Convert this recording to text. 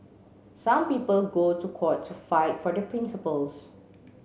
some people go to court to fight for their principles